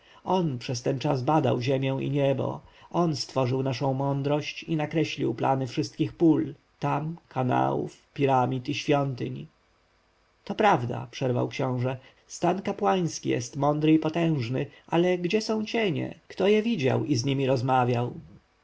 przez ten czas badał niebo i ziemię on stworzył naszą mądrość i nakreślił plany wszystkich pól tam kanałów piramid i świątyń to prawda przerwał książę stan kapłański jest mądry i potężny ale gdzie są cienie kto je widział i z niemi rozmawiał